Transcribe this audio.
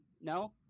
No